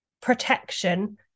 protection